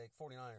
49ers